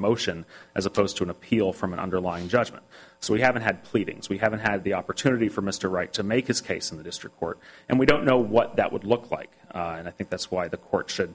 motion as opposed to an appeal from an underlying judgment so we haven't had pleadings we haven't had the opportunity for mr right to make his case in the district court and we don't know what that would look like and i think that's why the court should